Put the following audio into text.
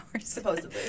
supposedly